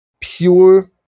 pure